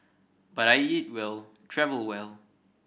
but I eat well travel well